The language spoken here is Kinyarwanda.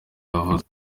yavuze